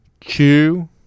Chew